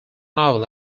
novel